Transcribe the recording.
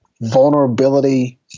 vulnerability